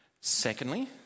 secondly